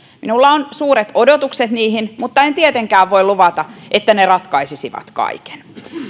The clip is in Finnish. minulla on suuret odotukset niiltä mutta en tietenkään voi luvata että ne ratkaisisivat kaiken